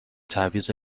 تعویض